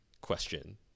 question